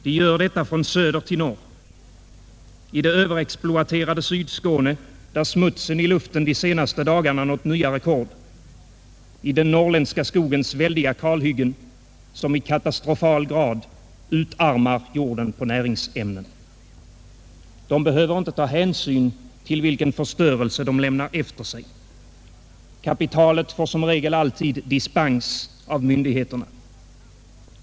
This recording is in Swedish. Detta sker från söder till norr — i det överexploaterade Sydskåne, där smutsen i luften de senaste dagarna nått nya rekord, i den norrländska skogens väldiga kalhyggen, som i katastrofal grad utarmar jorden på näringsämnen. Storkapitalisterna behöver inte ta hänsyn till vilken förstörelse de lämnar efter sig. Kapitalet får som regel dispens av myndigheterna.